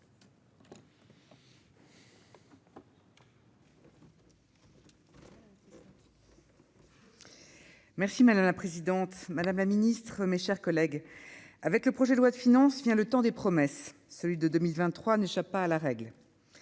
Merci madame la présidente, madame la Ministre, mes chers collègues, avec le projet de loi de finances, vient le temps des promesses, celui de 2023 n'échappe pas à la règle,